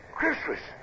Christmas